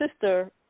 sister